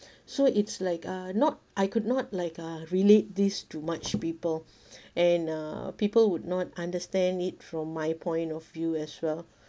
so it's like uh not I could not like uh relate this too much people and uh people would not understand it from my point of view as well